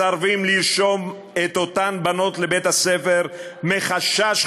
מסרבים לרשום את אותן בנות לבית-הספר מחשש,